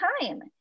time